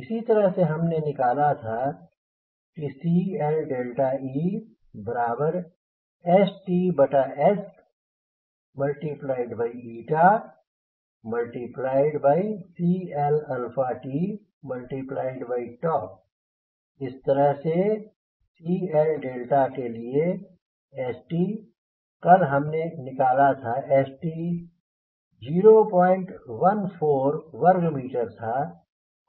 इसी तरह से को हमने निकला था कि CLe StS CLt इसी तरह से CLeके लिए St कल हमने निकला था कि St 0 14 वर्ग मीटर था